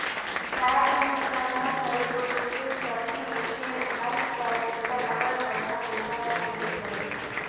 गाय भंइस किसान हर घरे दो पोसबे करथे फेर आएज काएल एकर अब्बड़ बड़खा बेवसाय होए गइस अहे